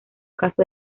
caso